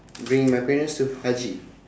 bring my parent to haji